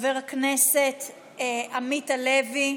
חבר הכנסת עמית הלוי,